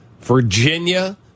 Virginia